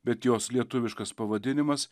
bet jos lietuviškas pavadinimas